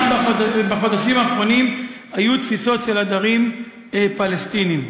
גם בחודשים האחרונים היו תפיסות עדרים של פלסטינים.